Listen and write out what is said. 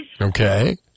Okay